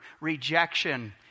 rejection